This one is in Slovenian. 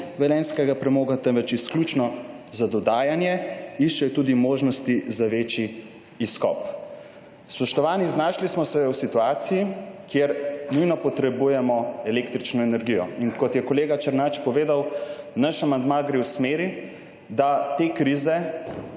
velenjskega premoga, temveč izključno za dodajanje, iščejo tudi možnosti za večji izkop.« Spoštovani, znašli smo se v situaciji, kjer nujno potrebujemo električno energijo. Kot je kolega Černač povedal, naš amandma gre v smeri, da te krize